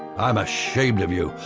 i'm ashamed of you.